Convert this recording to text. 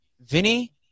Vinny